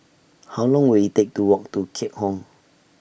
How Long Will IT Take to Walk to Keat Hong